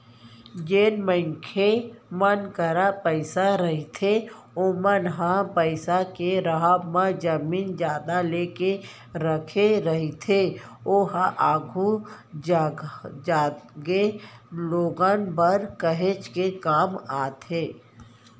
जेन मनखे मन करा पइसा रहिथे ओमन ह पइसा के राहब म जमीन जघा लेके रखे रहिथे ओहा आघु जागे लोगन बर काहेच के काम आथे